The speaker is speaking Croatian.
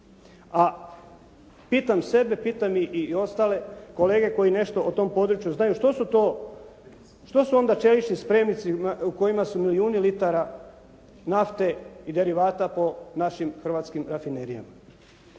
A pitam sebe, pitam i ostale kolege koji nešto o tom području znaju što su onda čelični spremnici u kojima su milijuni litara nafte i derivata po našim hrvatskim rafinerijama.